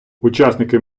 учасники